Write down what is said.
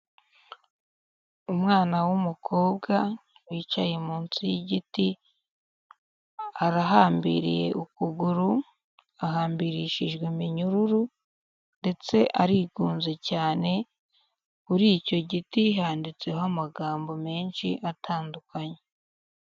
Umwana w'umukobwa wicaye munsi y'igiti arahambiriye ukuguru, ahambirishijwe iminyururu ndetse arigunze cyane, kuri icyo giti handitseho amagambo menshi atandukanye.